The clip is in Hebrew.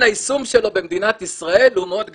היישום שלו במדינת ישראל הוא מאוד גדול.